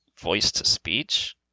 voice-to-speech